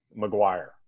McGuire